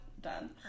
Done